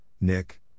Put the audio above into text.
Nick